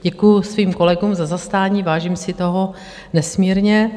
Děkuji svým kolegům za zastání, vážím si toho nesmírně.